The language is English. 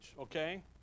okay